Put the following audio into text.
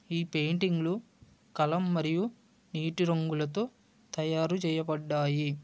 ఈ పెయింటింగ్లు కలం మరియు నీటి రంగులతో తయారు చేయబడినాయి